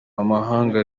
amahanga